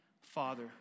Father